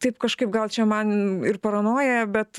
taip kažkaip gal čia man ir paranoja bet